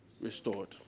restored